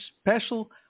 special